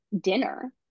dinner